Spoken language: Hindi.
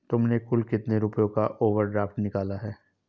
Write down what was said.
तुमने कुल कितने रुपयों का ओवर ड्राफ्ट निकाला है?